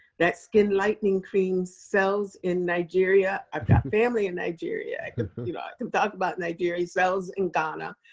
that skin lightening cream sells in nigeria, i've got family in nigeria, i can you know i can talk about nigeria, sells in ghana,